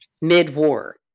mid-war